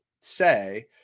say